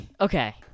Okay